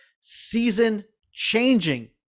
season-changing